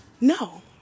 No